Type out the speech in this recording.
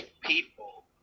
people